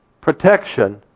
protection